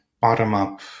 bottom-up